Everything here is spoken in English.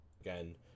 Again